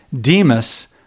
Demas